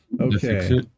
okay